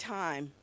time